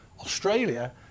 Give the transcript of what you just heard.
Australia